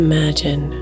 Imagine